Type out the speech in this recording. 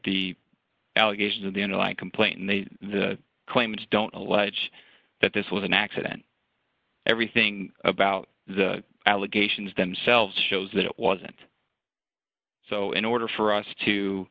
the allegations of the underlying complaint and they claim and don't allege that this was an accident everything about the allegations themselves shows that it wasn't so in order for us to